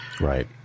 right